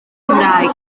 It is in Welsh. cymraeg